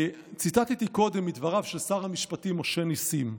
ציטטתי קודם מדבריו של שר המשפטים משה נסים.